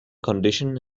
condition